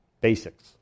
basics